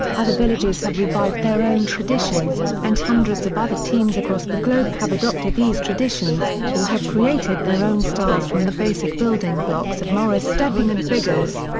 other villages have revived their own traditions, and hundreds of other teams across the globe have adopted these traditions, or have created their own styles from the basic building blocks of morris stepping and figures.